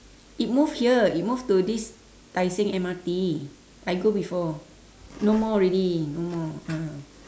it moved here it moved to this tai seng M_R_T I go before no more already no more ah